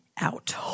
out